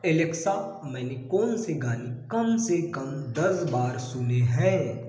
Alexa मैंने कौनसे गाने कम से कम दस बार सुने हैं